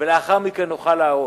ולאחר מכן נוכל להרוס.